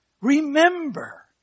remember